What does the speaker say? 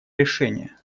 решения